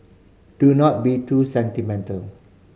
do not be too sentimental